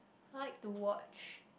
I like to watch